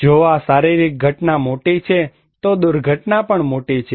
જો આ શારીરિક ઘટના મોટી છે તો દુર્ઘટના પણ મોટી છે